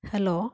hello